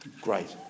great